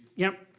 yep.